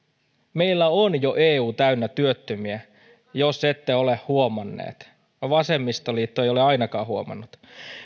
meillä on jo eu täynnä työttömiä jos ette ole huomanneet vasemmistoliitto ei ole ainakaan huomannut